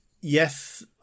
yes